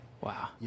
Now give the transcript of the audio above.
Wow